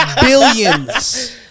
Billions